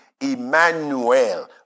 Emmanuel